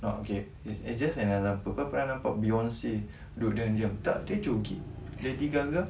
no okay it's just an example kau pernah nampak beyonce duduk diam diam tak dia joget